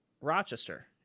Rochester